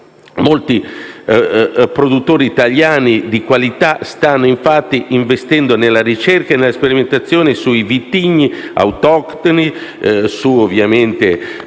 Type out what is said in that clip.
Molti produttori italiani di qualità stanno, infatti, investendo nella ricerca e nella sperimentazione sui vitigni autoctoni, sulle